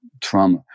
trauma